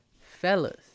fellas